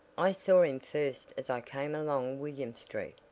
i saw him first as i came along william street.